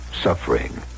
suffering